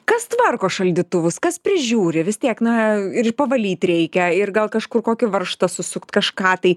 kas tvarko šaldytuvus kas prižiūri vis tiek na ir pavalyti reikia ir gal kažkur kokį varžtą susukti kažką tai